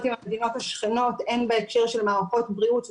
עם המדינות השכנות הן בהקשר של מערכות בריאות,